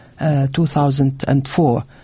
2004